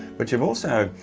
but you've also,